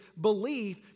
belief